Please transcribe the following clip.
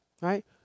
right